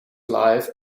life